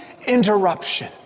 interruption